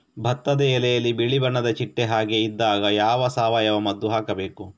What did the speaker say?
ಭತ್ತದ ಎಲೆಯಲ್ಲಿ ಬಿಳಿ ಬಣ್ಣದ ಚಿಟ್ಟೆ ಹಾಗೆ ಇದ್ದಾಗ ಯಾವ ಸಾವಯವ ಮದ್ದು ಹಾಕಬೇಕು?